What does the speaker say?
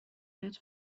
بهت